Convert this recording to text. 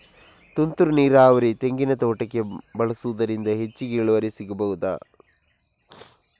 ತುಂತುರು ನೀರಾವರಿ ತೆಂಗಿನ ತೋಟಕ್ಕೆ ಬಳಸುವುದರಿಂದ ಹೆಚ್ಚಿಗೆ ಇಳುವರಿ ಸಿಕ್ಕಬಹುದ?